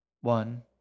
One